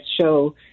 show